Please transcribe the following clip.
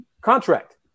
contract